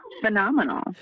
phenomenal